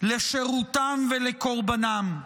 לשירותם ולקורבנם?